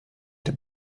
dem